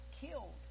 killed